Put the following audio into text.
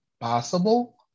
possible